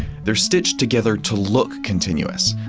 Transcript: they're stitched together to look continuous.